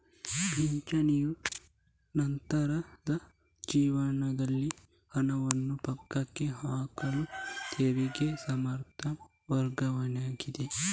ಪಿಂಚಣಿಯು ನಂತರದ ಜೀವನದಲ್ಲಿ ಹಣವನ್ನು ಪಕ್ಕಕ್ಕೆ ಹಾಕಲು ತೆರಿಗೆ ಸಮರ್ಥ ಮಾರ್ಗವಾಗಿದೆ